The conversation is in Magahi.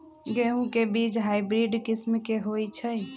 गेंहू के बीज हाइब्रिड किस्म के होई छई?